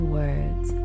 words